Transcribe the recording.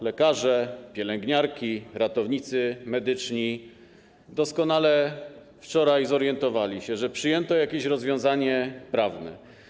Lekarze, pielęgniarki, ratownicy medyczni wczoraj doskonale zorientowali się, że przyjęto jakieś rozwiązanie prawne.